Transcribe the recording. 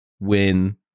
win